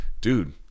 Dude